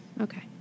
Okay